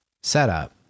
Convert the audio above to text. setup